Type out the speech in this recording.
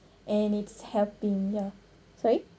and it's helping ya sorry